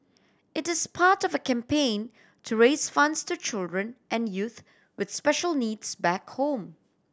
it is part of a campaign to raise funds to children and youth with special needs back home